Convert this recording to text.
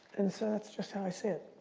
and so, that's just how i see it.